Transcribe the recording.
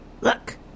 Look